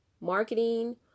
marketing